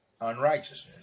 unrighteousness